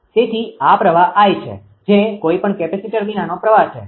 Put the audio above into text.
તેથી આ પ્રવાહ I છે જે કોઈપણ કેપેસિટર વિનાનો પ્રવાહ છે